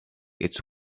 its